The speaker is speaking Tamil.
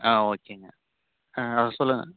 ஆ ஓகேங்க ஆ ஆ சொல்லுங்கள்